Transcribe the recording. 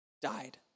died